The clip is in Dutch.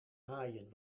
haaien